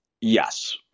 Yes